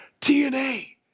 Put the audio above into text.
TNA